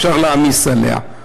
אפשר להעמיס עליה.